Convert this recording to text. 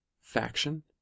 faction